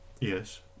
yes